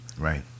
Right